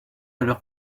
l’heure